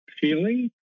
feeling